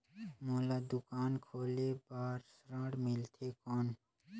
मोला दुकान खोले बार ऋण मिलथे कौन?